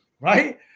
Right